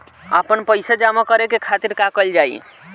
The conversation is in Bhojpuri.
आपन पइसा जमा करे के खातिर का कइल जाइ?